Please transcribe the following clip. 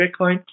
Bitcoin